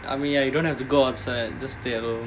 I mean ya you don't have to go outside just stay at home